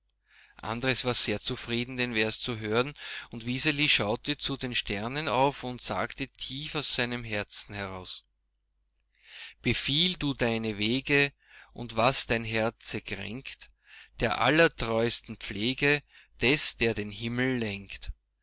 andres war sehr zufrieden den vers zu hören und wiseli schaute zu den sternen auf und sagte tief aus seinem herzen heraus befiehl du deine wege und was dein herze kränkt der allertreu'sten pflege des der den himmel lenkt